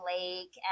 Lake